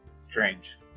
strange